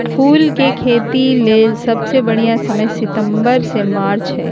फूल के खेतीले सबसे बढ़िया समय सितंबर से मार्च हई